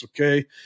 Okay